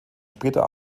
später